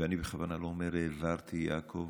ואני בכוונה לא אומר "העברתי" יעקב,